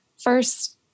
first